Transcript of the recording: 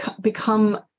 become